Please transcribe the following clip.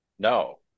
No